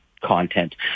content